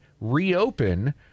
reopen